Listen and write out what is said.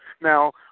Now